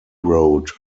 road